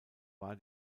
war